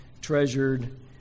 treasured